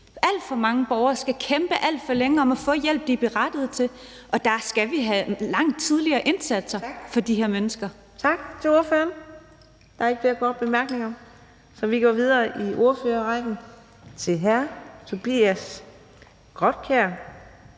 Alt for mange borgere skal kæmpe alt for længe om at få den hjælp, de berettigede til, og der skal vi have langt tidligere indsatser for de her mennesker. Kl. 20:48 Fjerde næstformand (Karina Adsbøl): Tak til ordføreren. Der er ikke flere korte bemærkninger, så vi går videre i ordførerrækken til hr. Tobias Grotkjær